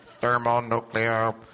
thermonuclear